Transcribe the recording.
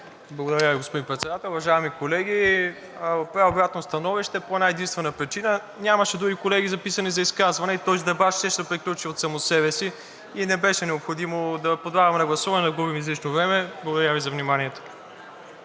Благодаря, господин Председател. Уважаеми колеги, правя обратно становище по една единствена причина – нямаше други колеги, записани за изказване, тоест дебатът щеше да приключи от само себе си и не беше необходимо да подлагаме на гласуване и да губим излишно време. Благодаря Ви за вниманието.